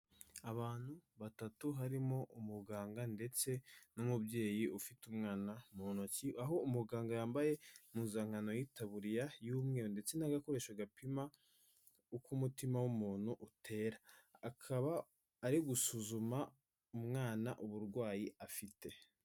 Abantu batatu harimo umuganga ndetse n'umubyeyi ufite umwana mu ntoki, aho umuganga yambaye impuzankano y'itaburiya y'umweru ndetse n'agakoresho gapima uko umutima w'umuntu utera, akaba ari gusuzuma umwana uburwayi afite.